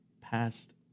past